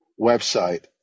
website